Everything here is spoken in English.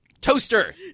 Toaster